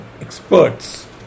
experts